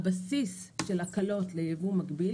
הבסיס של הקלות ליבוא מקביל,